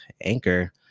anchor